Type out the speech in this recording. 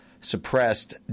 suppressed